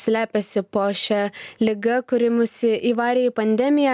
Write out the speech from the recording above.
slepiasi po šia liga kuri mus įvarė į pandemiją